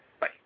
Bye